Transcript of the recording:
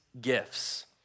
gifts